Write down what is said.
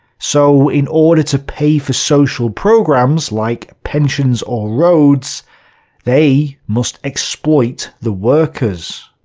so, in order to pay for social programs like pensions or roads they must exploit the workers.